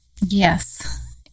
Yes